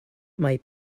might